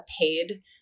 paid